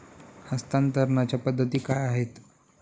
हस्तांतरणाच्या पद्धती काय आहेत?